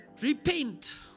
Repent